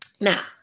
Now